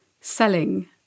selling